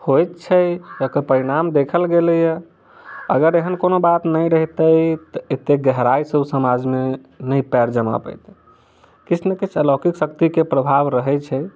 होइ छै जेकर परिणाम देखल गेलैया अगर एहन कोनो बात नहि रहितै तऽ एते गहराइ सँ ओ समाज मे नहि पैर जमा पैतै किछु ने किछु अलौकिक शक्ति के प्रभाव रहै छै